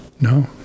No